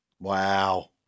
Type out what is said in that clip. wow